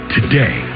Today